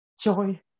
joy